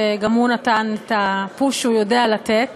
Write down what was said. שגם הוא נתן את ה"פוש" שהוא יודע לתת